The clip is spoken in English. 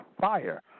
fire